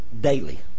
Daily